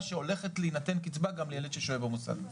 שהולכת להינתן קצבה גם לילד ששוהה במוסד.